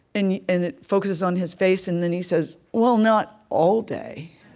and and it focuses on his face, and then he says, well, not all day.